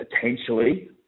potentially